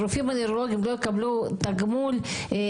משרד הבריאות וכל רופא שמבצע פעולה נוספת מקבל תגמול נוסף.